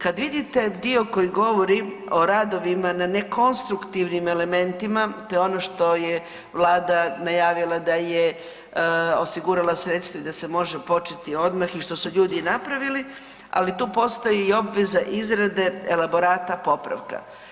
Kad vidite dio koji govori o radovima na nekonstruktivnim elementima, to je ono što je vlada najavila da je osigurala sredstva i da se može početi odmah i što su ljudi i napravili, ali tu postoji i obveza izrade elaborata popravka.